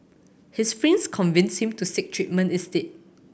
his friends convinced him to seek treatment instead